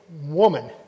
woman